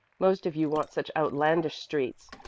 most of you want such outlandish streets.